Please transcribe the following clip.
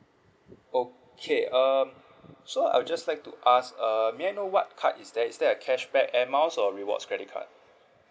okay um so I'll just like to ask err may I know what card is that is that cashback air miles or rewards credit card